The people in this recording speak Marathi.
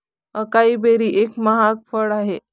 अकाई बेरी एक महाग फळ आहे